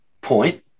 point